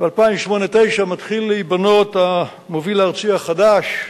ב-2008 2009 מתחיל להיבנות המוביל הארצי החדש,